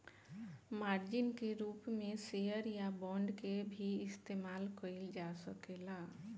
margin के रूप में शेयर या बांड के भी इस्तमाल कईल जा सकेला